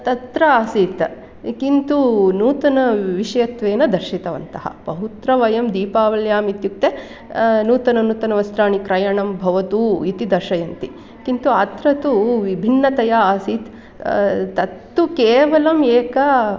तत्र आसीत् किन्तु नूतनविषयत्वेन दर्शितवन्तः बहुत्रवयं दीपावल्यामित्युक्ते नूतननूतनवस्त्राणि क्रयणं भवतु इति दर्शयन्ति किन्तु अत्र तु विभिन्नतया आसीत् तत्तु केवलम् एकम्